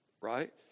right